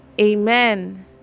Amen